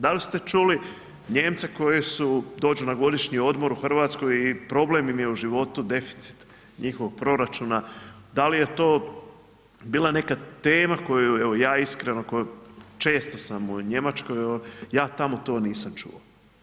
Da li ste čuli Nijemce koji su, dođu na godišnji odmor u Hrvatsku i problem im je u životu deficit njihovog proračuna, da li je to bila neka tema koju evo ja iskreno koji često sam u Njemačkoj, ja tamo to nisam čuo.